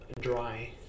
dry